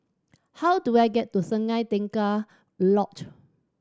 how do I get to Sungei Tengah Lodge